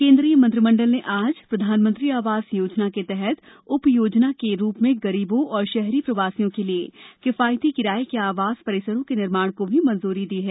केन्द्रीय मंत्रिमंडल ने आज प्रधानमंत्री आवास योजना के तहत उप योजना के रूप में गरीबों और शहरी प्रवासियों के लिए किफायती किराये के आवास परिसरों के निर्माण को भी मंजूरी दी है